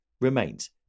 remains